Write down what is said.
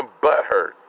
butthurt